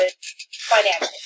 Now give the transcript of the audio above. financially